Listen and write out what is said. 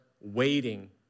waiting